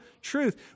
truth